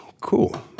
cool